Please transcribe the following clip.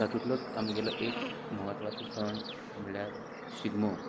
तातूंतलोच आमगेलो एक म्हत्वाचो सण म्हणल्यार शिगमो